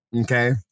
Okay